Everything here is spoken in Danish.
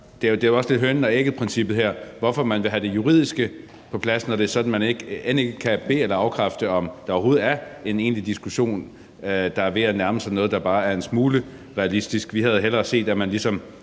det er jo også lidt hønen og ægget-princippet – hvorfor man vil have det juridiske på plads, når det er sådan, at man end ikke kan be- eller afkræfte, om der overhovedet er en egentlig diskussion, der er ved at nærme sig noget, der bare er en smule realistisk. Vi havde hellere set, at man ligesom